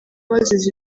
bazize